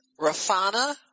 Rafana